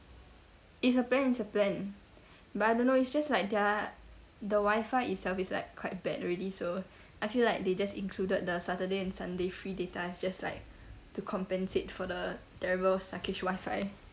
it's a plan it's a plan but I don't know it's just like their the wifi itself is like quite bad already so I feel like they just included the saturday and sunday free data is just like to compensate for the terrible suckish wifi